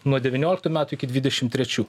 nuo devynioliktų metų iki dvidešim trečių